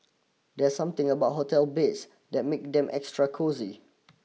there's something about hotel beds that make them extra cosy